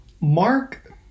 Mark